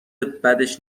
بدش